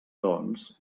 doncs